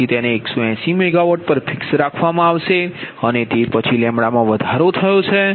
તેથી તેને 180 મેગાવોટ પર ફિક્સ રાખવામાં આવશે અને તે પછી મા વધારો થયો છે